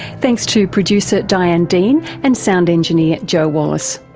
thanks to producer diane dean and sound engineer joe wallace.